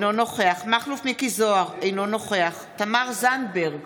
אינו נוכח מכלוף מיקי זוהר, אינו נוכח תמר זנדברג,